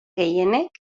gehienek